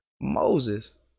Moses